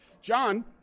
john